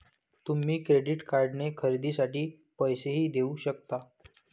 तुम्ही क्रेडिट कार्डने खरेदीसाठी पैसेही देऊ शकता